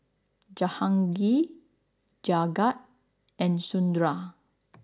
Jahangir Jagat and Sundar